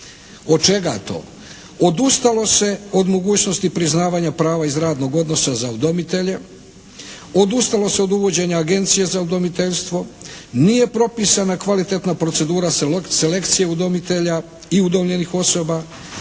Od čega to? Odustalo se od mogućnosti priznavanja prava iz radnog odnosa za udomitelje, odustalo se od uvođenje Agencije za udomiteljstvo, nije propisana kvalitetna procedura selekcije udomitelja i udomljenih osoba,